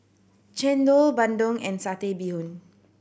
chendol bandung and Satay Bee Hoon